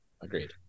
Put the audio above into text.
Agreed